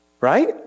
Right